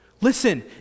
Listen